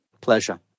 Pleasure